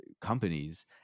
companies